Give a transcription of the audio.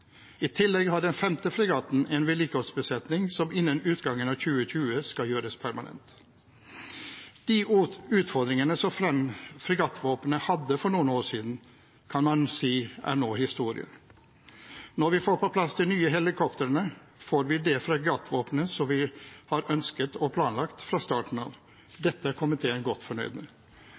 I tillegg har den femte fregatten en vedlikeholdsbesetning som innen utgangen av 2020 skal gjøres permanent. De utfordringene som fregattvåpenet hadde for noen år siden, kan man si er nå historie. Når vi får på plass de nye helikoptrene, får vi det fregattvåpenet som vi har ønsket og planlagt fra starten av. Dette er komiteen godt fornøyd med.